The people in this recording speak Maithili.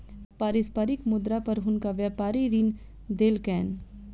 पारस्परिक मुद्रा पर हुनका व्यापारी ऋण देलकैन